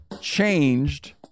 changed